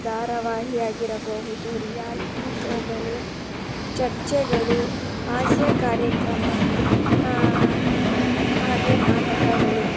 ಧಾರವಾಹಿ ಆಗಿರಬಹುದು ರಿಯಾಲಿಟಿ ಶೋಗಳು ಚರ್ಚೆಗಳು ಹಾಸ್ಯ ಕಾರ್ಯಕ್ರಮ ಹಾಗೆ ನಾಟಕಗಳು